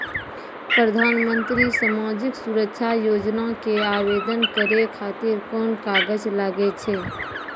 प्रधानमंत्री समाजिक सुरक्षा योजना के आवेदन करै खातिर कोन कागज लागै छै?